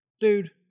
dude